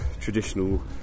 traditional